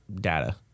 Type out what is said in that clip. data